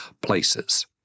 places